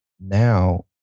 now